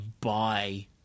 buy